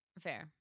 Fair